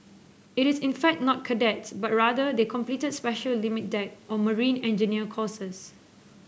it is fact not cadets but rather they completed special limit deck or marine engineer courses